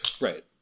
right